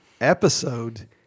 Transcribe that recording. episode